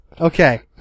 Okay